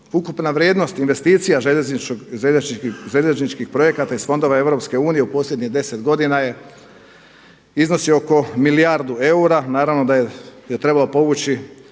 Ukupna vrijednost investicija željezničkih projekta iz fondova EU u posljednjih deset godina iznosi oko milijardu eura. Naravno da je trebalo povući